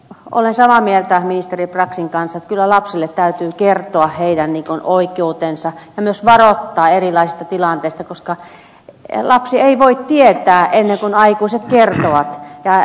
olen samaa mieltä ministeri braxin kanssa että kyllä lapsille täytyy kertoa heidän oikeutensa ja myös varoittaa heitä erilaisista tilanteista koska lapsi ei voi tietää ennen kuin aikuiset kertovat